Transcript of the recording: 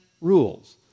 rules